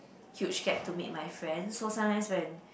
huge gap to meet my friends so sometimes when